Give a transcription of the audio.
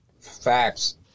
Facts